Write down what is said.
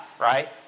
right